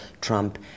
Trump